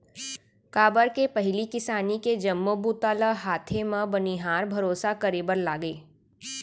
काबर के पहिली किसानी के जम्मो बूता ल हाथे म बनिहार भरोसा करे बर लागय